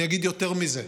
אני אגיד יותר מזה,